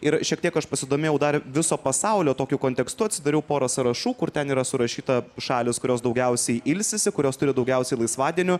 ir šiek tiek aš pasidomėjau dar viso pasaulio tokiu kontekstu atsidariau pora sąrašų kur ten yra surašyta šalys kurios daugiausiai ilsisi kurios turi daugiausiai laisvadienių